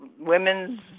women's